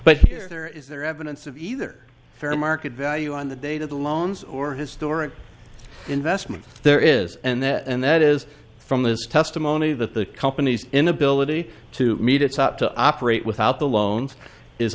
there is there evidence of either fair market value on the date of the loans or historic investment there is and that and that is from his testimony that the company's inability to meet its up to operate without the loans is